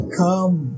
come